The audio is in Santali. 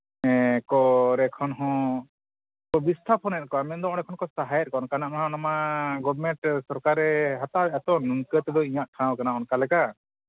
ᱦᱮᱸ ᱠᱚ ᱠᱚᱨᱮ ᱠᱷᱚᱱ ᱦᱚᱸ ᱵᱤᱥᱛᱷᱟᱯᱚᱱᱮᱫ ᱠᱚᱣᱟ ᱢᱮᱱᱫᱚ ᱚᱸᱰᱮ ᱠᱷᱚᱱ ᱠᱚ ᱥᱟᱦᱟᱭᱮᱫ ᱠᱚᱣᱟ ᱚᱱᱠᱟᱱᱟᱜ ᱚᱱᱟ ᱢᱟ ᱜᱚᱵᱷᱢᱮᱱᱴ ᱥᱚᱨᱠᱟᱨᱮ ᱦᱟᱛᱟᱣᱮᱫᱼᱟ ᱛᱚ ᱱᱤᱝᱠᱟᱹ ᱛᱮᱫᱚ ᱤᱧᱟᱹᱜ ᱴᱷᱟᱶ ᱠᱟᱱᱟ ᱚᱱᱠᱟ ᱞᱮᱠᱟ